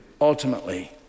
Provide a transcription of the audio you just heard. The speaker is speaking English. ultimately